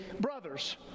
brothers